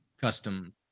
custom